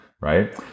Right